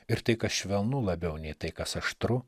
ir tai kas švelnu labiau nei tai kas aštru